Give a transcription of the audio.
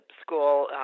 school